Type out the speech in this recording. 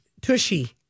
Tushy